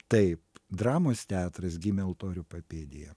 taip dramos teatras gimė altorių papėdėje